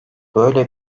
böyle